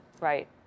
Right